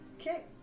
Okay